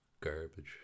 garbage